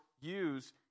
use